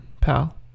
pal